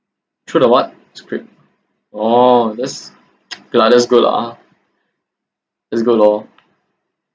threw the what script oh that's okay lah that's good lah that's good lor